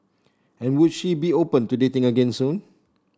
and would she be open to dating again soon